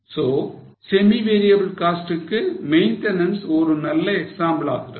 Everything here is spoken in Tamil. So semi variable cost க்கு maintenance ஒரு நல்ல எக்ஸாம்பிள் ஆகிறது